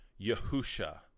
Yahusha